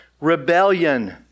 rebellion